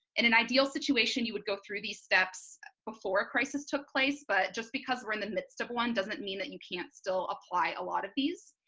in an ideal situation you would go through these steps before a crisis took place, but just because we're in the midst of one doesn't mean that you can't still apply a lot of these.